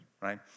right